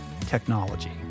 technology